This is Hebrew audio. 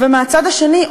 מהצד השני,